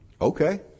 okay